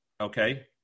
okay